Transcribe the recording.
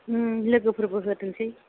उम लोगोफोरबो होथोंसै